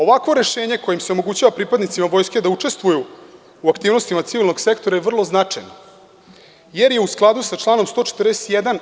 Ovakvo rešenje kojim se omogućava pripadnicima vojske da učestvuju u aktivnostima civilnog sektora je vrlo značajno, jer je u skladu sa članom 141.